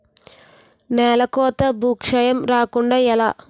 నేలకోత భూక్షయం రాకుండ ఎలా?